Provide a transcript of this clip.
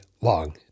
long